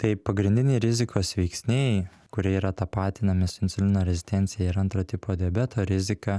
tai pagrindiniai rizikos veiksniai kurie yra tapatinami su insulino rezistencija ir antro tipo diabeto rizika